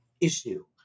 issue